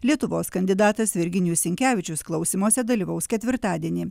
lietuvos kandidatas virginijus sinkevičius klausymuose dalyvaus ketvirtadienį